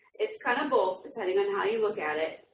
it's kind of both depending and how you look at it.